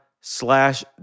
slash